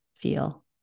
feel